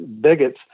bigots